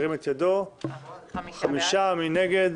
מי נגד?